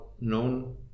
known